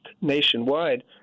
nationwide